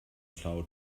são